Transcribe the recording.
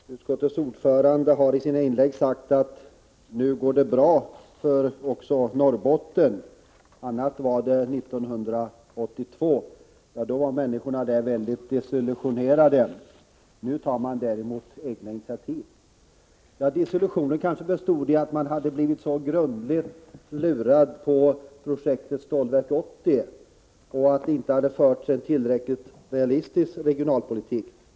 Fru talman! Utskottets ordförande har i sina inlägg sagt: Nu går det bra också för Norrbotten. Annat var det 1982. Då var människorna där väldigt desillusionerade. Nu tar man däremot egna initiativ. — Ja, desillusionen kanske bestod i att man hade blivit så grundligt lurad på projektet Stålverk 80 och att det inte fördes en tillräckligt realistisk regionalpolitik.